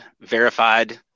verified